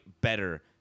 better